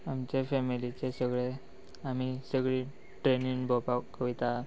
आमचे फॅमिलीचे सगळे आमी सगळी ट्रेनीन भोंवपाक वयता